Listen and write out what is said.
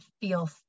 feel